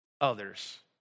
others